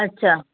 अछा